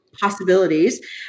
possibilities